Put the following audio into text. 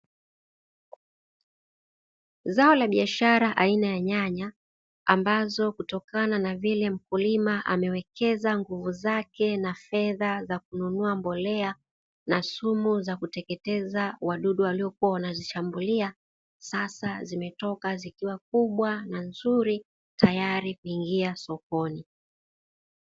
Zao la biashara aina ya nyanya ambazo kutokana na vile mkulima amewekeza nguvu zake na fedha za kununua mbolea, na sumu za kuteketeza wadudu waliokuwa wanazishambulia sasa zimetoka zikiwa kubwa na nzuri tayari kuingia sokoni.